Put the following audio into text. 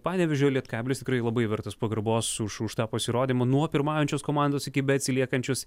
panevėžio lietkabelis tikrai labai vertas pagarbos už už tą pasirodymą nuo pirmaujančios komandos iki beatsiliekančios